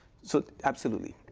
so absolutely.